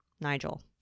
nigel